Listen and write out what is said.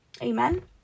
Amen